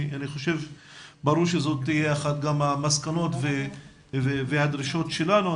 ברור שזאת תהיה גם אחת המסקנות והדרישות שלנו.